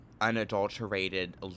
unadulterated